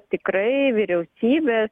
tikrai vyriausybės